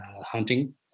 hunting